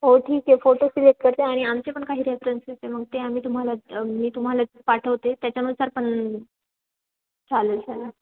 हो ठीक आहे फोटो सिलेक्ट करते आणि आमचे पण काही रेफरनसेस आहे मग ते आम्ही तुम्हाला मी तुम्हाला ते पाठवते त्याच्यानुसार पण चालेल चालेल